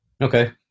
Okay